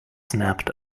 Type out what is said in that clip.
snapped